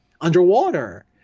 underwater